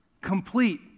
complete